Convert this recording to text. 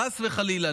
חס וחלילה,